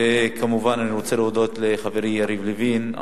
וכמובן אני רוצה להודות לחברי יריב לוין,